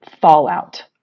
fallout